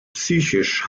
psychisch